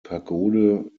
pagode